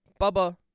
Bubba